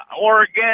Oregon